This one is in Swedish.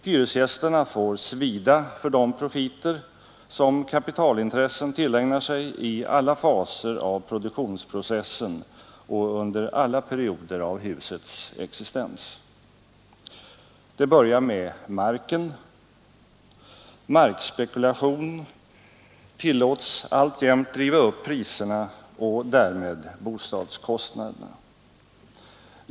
Hyresgästerna får svida för de profiter som kapitalintressen tillägnar sig i alla faser av produktionsprocessen och under alla perioder av husets existens. Det börjar med marken. Markspekulation tillåts alltjämt driva upp priserna och därmed bostadskostnaderna.